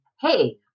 Hey